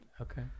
Okay